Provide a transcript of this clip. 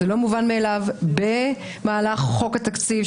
זה לא מובן מאליו במהלך חוק התקציב,